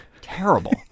Terrible